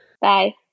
Bye